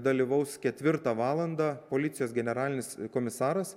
dalyvaus ketvirtą valandą policijos generalinis komisaras